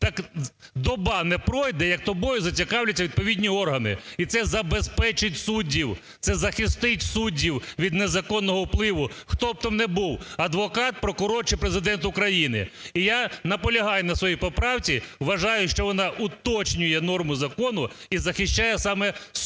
так доба не пройде, як тобою зацікавляться відповідні органи. І це забезпечить суддів, це захистить суддів від незаконного впливу, хто б то не був: адвокат, прокурор чи Президент України. І я наполягаю на своїй поправці. Вважаю, що вона уточнює норму закону і захищає саме суддів